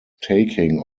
taking